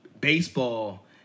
baseball